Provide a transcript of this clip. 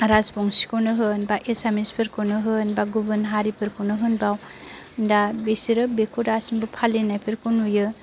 राजबंसिखौनो होन एबा एसामिस फोरखौनो होन एबा गुबुन हारिफोरखौनो होन बेयाव दा बिसोरो बेखौ दासिमबो फालिनायफोरखौ नुयो